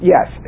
Yes